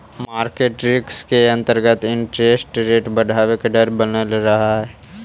market risk के अंतर्गत interest rate बढ़वे के डर बनल रहऽ हई